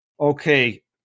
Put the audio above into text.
Okay